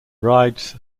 rides